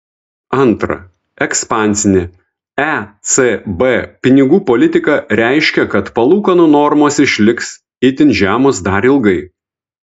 antra ekspansinė ecb pinigų politika reiškia kad palūkanų normos išliks itin žemos dar ilgai